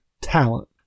talent